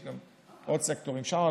יש עוד סקטורים שם,